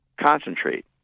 concentrate